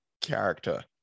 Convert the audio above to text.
character